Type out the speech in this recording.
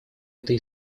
этой